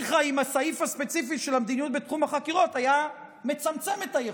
אם הסעיף הספציפי של המדיניות בתחום החקירות היה מצמצם את היכולת,